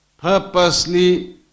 purposely